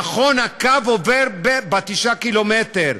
נכון, הקו עובר בתשעה קילומטרים,